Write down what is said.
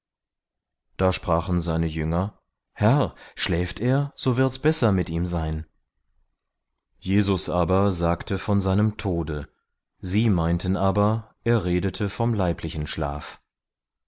da sprachen seine jünger herr schläft er so wird's besser mit ihm jesus aber sagte von seinem tode sie meinten aber er redete vom leiblichen schlaf